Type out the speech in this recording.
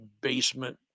basement